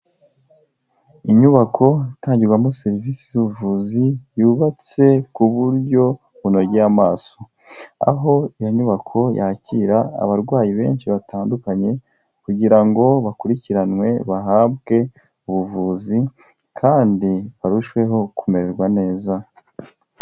Inyubako itangirwamo serivisi z'ubuvuzi yubatse ku buryo bunogeye amaso. Aho iyo nyubako yakira abarwayi benshi batandukanye kugira ngo bakurikiranwe bahabwe ubuvuzi, kandi barusheho kumererwa neza.